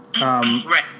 Right